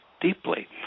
deeply